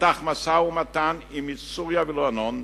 ייפתח משא-ומתן עם סוריה ולבנון,